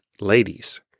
ladies